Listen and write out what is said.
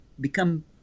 become